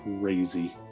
crazy